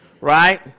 right